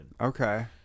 Okay